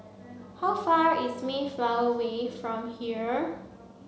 how far away is Mayflower Way from here